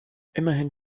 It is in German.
immerhin